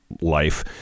life